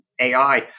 AI